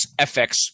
FX